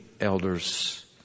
elders